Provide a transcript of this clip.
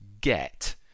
get